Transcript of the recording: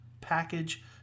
package